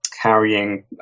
carrying